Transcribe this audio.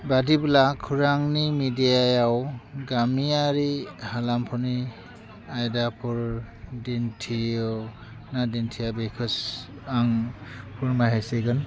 बादिब्ला खौरांनि मिडियायाव गामियारि हालामफोरनि आयदाफोर दिन्थियो ना दिन्थिया बेखोस आं फोरमाय होसिगोन